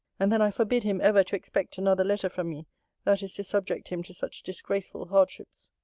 and then i forbid him ever to expect another letter from me that is to subject him to such disgraceful hardships.